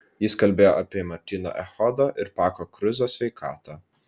jis kalbėjo apie martyno echodo ir pako kruzo sveikatą